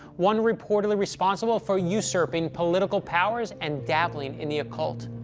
one reportedly responsible for usurping political powers and dabbling in the occult.